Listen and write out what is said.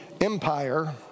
empire